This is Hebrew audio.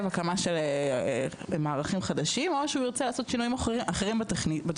הקמה של מערכים חדשים או שהוא ירצה לעשות שינויים אחרים בתוכנית,